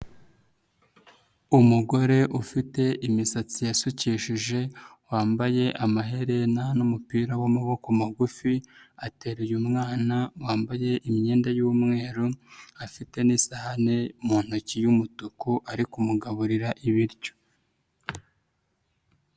Umugore ufite imisatsi yasukishijeje, wambaye amaherena n'umupira w'amaboko magufi atereye umwana wambaye imyenda y'umweru afite n'isahani mu ntoki y'umutuku ari kumugaburira ibiryo.